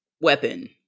weapon